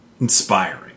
inspiring